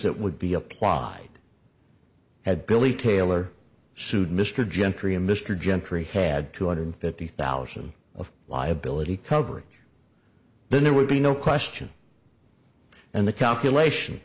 that would be applied had billy taylor sued mr gentry and mr gentry had two hundred fifty thousand of liability coverage then there would be no question and the calculation